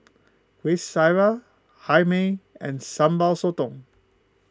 Kueh Syara Hae Mee and Sambal Sotong